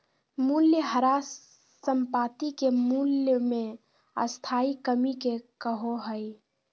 मूल्यह्रास संपाति के मूल्य मे स्थाई कमी के कहो हइ